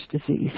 disease